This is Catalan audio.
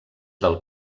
del